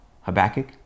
Habakkuk